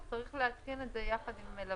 צריך לעשות הפוך, להתקין את זה יחד עם מלווה.